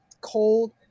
cold